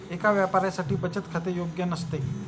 एका व्यापाऱ्यासाठी बचत खाते योग्य नसते